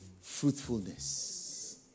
fruitfulness